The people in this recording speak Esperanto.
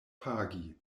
pagi